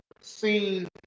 seen